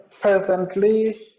presently